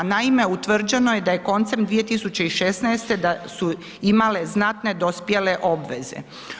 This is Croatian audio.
Naime, utvrđeno je da je koncem 2016., da su imale znatne dospjele obveze.